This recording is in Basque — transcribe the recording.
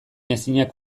ezinak